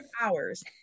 hours